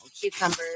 cucumbers